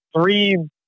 three